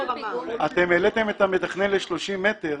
העליתם את המתכנן ל-30 מטר.